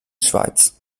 schweiz